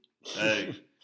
Hey